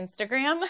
Instagram